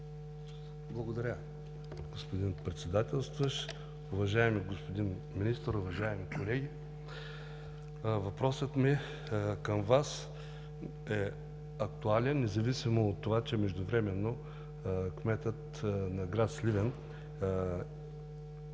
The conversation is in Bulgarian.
Благодаря, господин Председател. Уважаеми господин Министър, уважаеми колеги! Въпросът ми към Вас е актуален, независимо че междувременно кметът на град Сливен изтегли